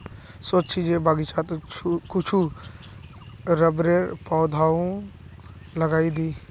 सोच छि जे बगीचात कुछू रबरेर पौधाओ लगइ दी